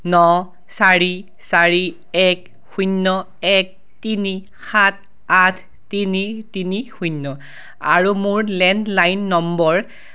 ন চাৰি চাৰি এক শূন্য এক তিনি সাত আঠ তিনি তিনি শূন্য আৰু মোৰ লেণ্ডলাইন নম্বৰ